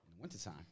wintertime